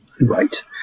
Right